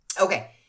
okay